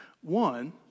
One